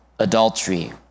adultery